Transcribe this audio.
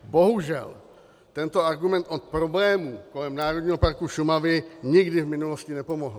Bohužel, tento argument od problémů kolem Národního parku Šumava nikdy v minulosti nepomohl.